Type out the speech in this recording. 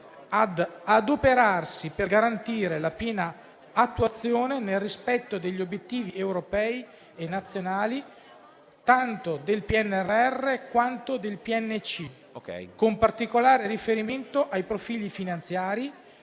adoperarsi per garantire la piena attuazione, nel rispetto degli obiettivi europei e nazionali, tanto del PNRR quanto del PNC, con particolare riferimento ai profili finanziari,